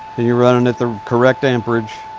and you're running at the correct amperage,